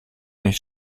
nicht